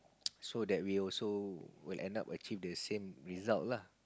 so that we also will end up achieve the same result lah